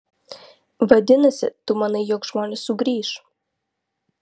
vadinasi tu manai jog žmonės sugrįš